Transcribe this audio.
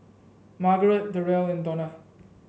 Margarete Derrell and Donna